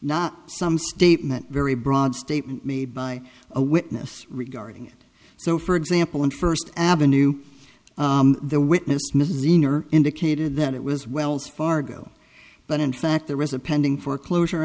not some statement very broad statement made by a witness regarding it so for example in first avenue their witness mrs senior indicated that it was wells fargo but in fact there was a pending foreclosure